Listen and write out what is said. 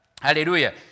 Hallelujah